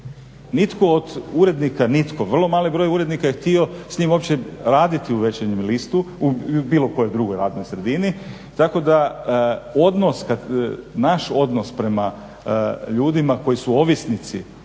Nitko od urednika, nitko, vrlo mali broj urednika je htio s njim uopće raditi u Večernjem listu, u bilo kojoj drugoj radnoj sredini tako da odnos, naš odnos prema ljudima koji su ovisnici